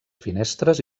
finestres